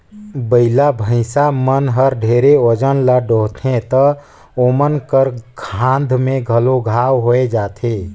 बइला, भइसा मन हर ढेरे ओजन ल डोहथें त ओमन कर खांध में घलो घांव होये जाथे